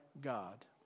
God